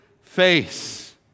face